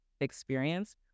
experience